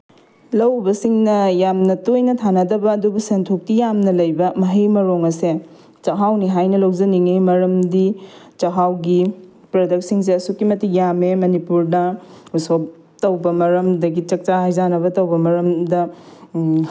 ꯂꯧ ꯎꯕꯁꯤꯡꯅ ꯌꯥꯝꯅ ꯇꯣꯏꯅ ꯊꯥꯅꯗꯕ ꯑꯗꯨꯕꯨ ꯁꯦꯟꯊꯣꯛꯇꯤ ꯌꯥꯝꯅ ꯂꯩꯕ ꯃꯍꯩ ꯃꯔꯣꯡ ꯑꯁꯦ ꯆꯥꯛꯍꯥꯎꯅꯤ ꯍꯥꯏꯅ ꯂꯧꯖꯅꯤꯡꯉꯤ ꯃꯔꯝꯗꯤ ꯆꯥꯛꯍꯥꯎꯒꯤ ꯄ꯭ꯔꯗꯛꯁꯤꯡꯁꯦ ꯑꯁꯨꯛꯀꯤ ꯃꯇꯤꯛ ꯌꯥꯝꯃꯦ ꯃꯅꯤꯄꯨꯔꯗ ꯎꯁꯣꯞ ꯇꯧꯕ ꯃꯔꯝꯗꯒꯤ ꯆꯥꯛ ꯆꯥ ꯍꯩꯖꯅꯕ ꯇꯧꯕ ꯃꯔꯝꯗ